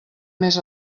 més